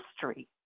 history